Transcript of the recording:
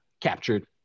captured